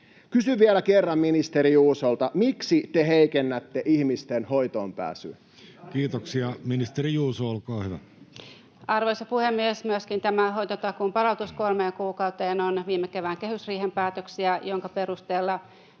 Kysyn vielä kerran ministeri Juusolta: miksi te heikennätte ihmisten hoitoonpääsyä? Kiitoksia. — Ministeri Juuso, olkaa hyvä. Arvoisa puhemies! Myöskin tämä hoitotakuun palautus kolmeen kuukauteen on viime kevään kehysriihen päätöksiä, jonka perusteella